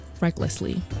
recklessly